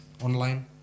online